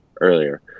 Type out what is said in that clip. earlier